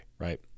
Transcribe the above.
right